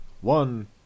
One